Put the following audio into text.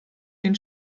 den